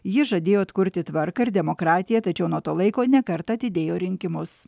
ji žadėjo atkurti tvarką ir demokratiją tačiau nuo to laiko ne kartą atidėjo rinkimus